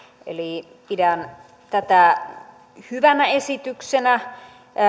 eli pidän tätä hyvänä esityksenä